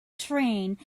trained